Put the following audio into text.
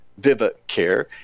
Vivacare